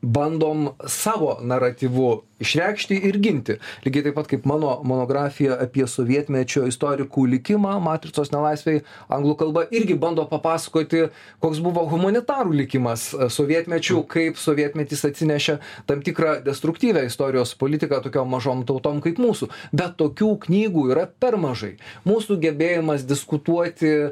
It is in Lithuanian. bandom savo naratyvu išreikšti ir ginti lygiai taip pat kaip mano monografija apie sovietmečio istorikų likimą matricos nelaisvėj anglų kalba irgi bando papasakoti koks buvo humanitarų likimas sovietmečiu kaip sovietmetis atsinešė tam tikrą destruktyvią istorijos politiką tokiom mažom tautom kaip mūsų bet tokių knygų yra per mažai mūsų gebėjimas diskutuoti